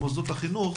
בבקשה.